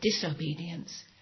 disobedience